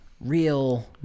real